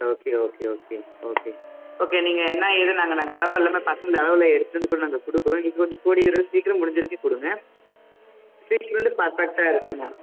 okay okay okay okay okay நீங்கள் என்ன ஏதுன்னு நாங்கள் நாங்கள் அளவு எல்லாமே பசங்களை அளவெல்லாம் எடுத்து வந்துகிட்டு கூட நாங்கள் கொடுக்குறோம் நீங்கள் கொஞ்சம் கூடிய விரைவில் சீக்கரம் முடிஞ்ச வரைக்கும் கொடுங்க ஸ்டிச் வந்து பர்ஃபெக்ட்டாக இருக்கணும்